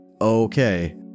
Okay